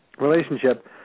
relationship